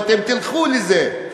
ואתם תלכו לזה.